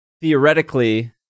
theoretically